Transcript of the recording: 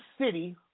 city